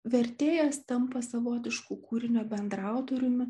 vertėjas tampa savotišku kūrinio bendraautoriumi